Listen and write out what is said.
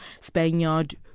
Spaniard